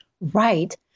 right